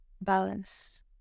balance